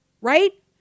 Right